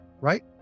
right